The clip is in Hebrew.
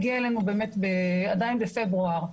עדיין בפברואר,